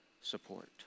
SUPPORT